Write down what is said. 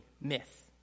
myth